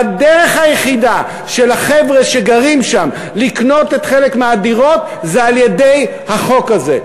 והדרך היחידה של החבר'ה שגרים שם לקנות חלק מהדירות זה על-ידי החוק הזה.